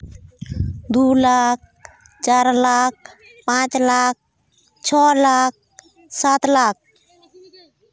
ᱫᱩ ᱞᱟᱠ ᱪᱟᱨ ᱞᱟᱠ ᱯᱟᱸᱪ ᱞᱟᱠ ᱪᱷᱚ ᱞᱟᱠ ᱥᱟᱛ ᱞᱟᱠ